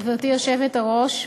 גברתי היושבת-ראש,